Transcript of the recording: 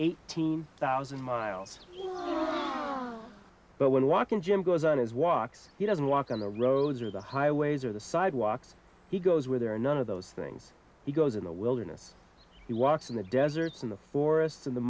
eighteen thousand miles but when walking jim goes out as walks he doesn't walk on the roads or the highways or the sidewalks he goes where there are none of those things he goes in the wilderness he walks in the deserts in the forests in the